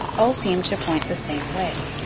all seemed to point the same way.